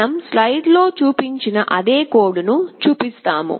మనం స్లైడ్లో చూపించిన అదే కోడ్ను చూపిస్తాము